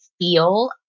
feel